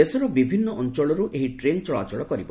ଦେଶର ବିଭିନ୍ନ ଅଞ୍ଚଳରୁ ଏହି ଟ୍ରେନ୍ ଚଳାଚଳ କରିବ